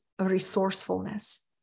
resourcefulness